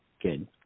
Good